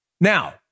Now